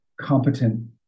competent